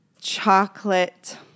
Chocolate